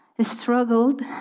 struggled